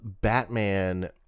Batman